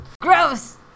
Gross